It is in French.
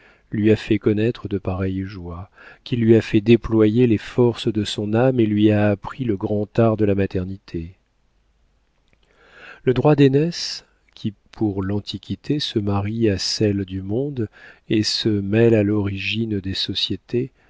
lui a fait connaître de pareilles joies qui lui a fait déployer les forces de son âme et lui a appris le grand art de la maternité le droit d'aînesse qui pour l'antiquité se marie à celle du monde et se mêle à l'origine des sociétés